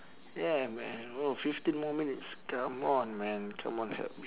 yeah man oh fifteen more minutes come on man come on help me